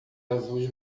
azuis